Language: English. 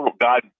God